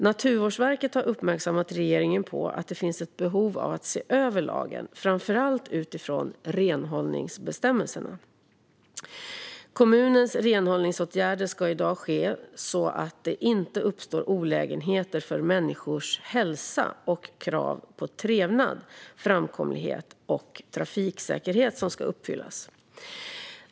Naturvårdsverket har uppmärksammat regeringen på att det finns ett behov av att se över lagen, framför allt utifrån renhållningsbestämmelserna. Kommunens renhållningsåtgärder ska i dag ske så att det inte uppstår olägenheter för människors hälsa, och krav på trevnad, framkomlighet och trafiksäkerhet ska uppfyllas.